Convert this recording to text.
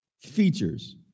features